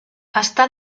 està